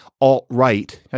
alt-right